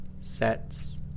sets